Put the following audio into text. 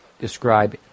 describe